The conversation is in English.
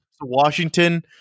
Washington